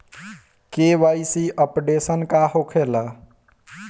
KYC updation का होखेला?